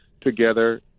together